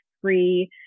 free